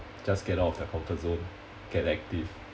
just get out of their comfort zone get active